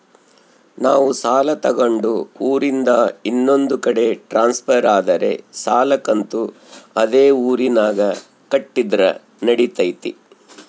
ನಾವು ಸಾಲ ತಗೊಂಡು ಊರಿಂದ ಇನ್ನೊಂದು ಕಡೆ ಟ್ರಾನ್ಸ್ಫರ್ ಆದರೆ ಸಾಲ ಕಂತು ಅದೇ ಊರಿನಾಗ ಕಟ್ಟಿದ್ರ ನಡಿತೈತಿ?